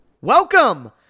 Welcome